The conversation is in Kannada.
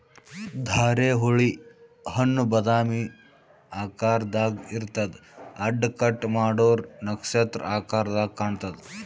ಧಾರೆಹುಳಿ ಹಣ್ಣ್ ಬಾದಾಮಿ ಆಕಾರ್ದಾಗ್ ಇರ್ತದ್ ಅಡ್ಡ ಕಟ್ ಮಾಡೂರ್ ನಕ್ಷತ್ರ ಆಕರದಾಗ್ ಕಾಣತದ್